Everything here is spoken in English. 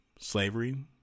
slavery